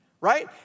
Right